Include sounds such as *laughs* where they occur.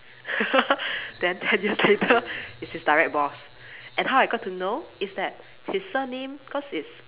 *laughs* then ten years later it's his direct boss and how I got to know is that his surname because it's